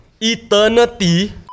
Eternity